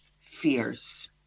fears